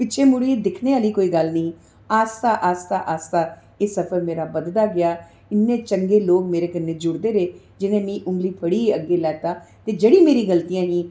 पिच्छै मुड़ियै दिक्खनै आह्ली कोई गल्ल गै नेईं ही आस्ता आस्ता आस्ता आस्ता एह् सफर मेरा बधदा गेआ इन्ने चंगे लोक मेरे नै जुड़दे रेह् जि'नें मिगी उंगली फड़ियै अग्गै लेता ते जेह्ड़ी मेरी गलतियें गी